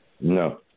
No